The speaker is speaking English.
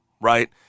Right